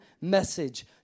message